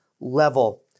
level